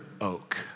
oak